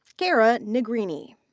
kara negrini.